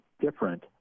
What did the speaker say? different